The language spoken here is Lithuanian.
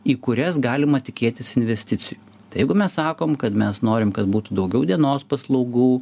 į kurias galima tikėtis investicijų tai jeigu mes sakom kad mes norim kad būtų daugiau dienos paslaugų